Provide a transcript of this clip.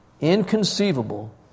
inconceivable